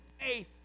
faith